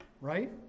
right